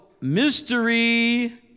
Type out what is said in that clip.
mystery